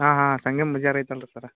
ಹಾಂ ಹಾಂ ಸಂಗಮ್ ಬಜಾರ್ ಐತಲ್ಲ ರೀ ಸರ